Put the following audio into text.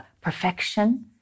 perfection